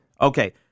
okay